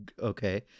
okay